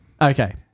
Okay